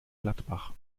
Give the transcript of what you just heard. gladbach